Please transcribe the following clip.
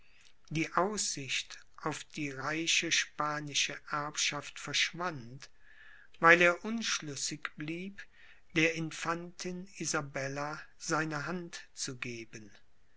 die aussicht auf die reiche spanische erbschaft verschwand weil er unschlüssig blieb der infantin isabella seine hand zu geben